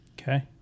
Okay